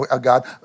God